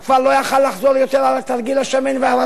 הוא כבר לא יכול היה לחזור על תרגיל "השמן והרזה"